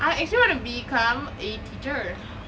I actually wanna become a teacher